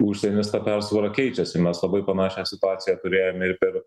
užsienis ta persvara keičiasi mes labai panašią situaciją priėmė ir per